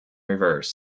reserve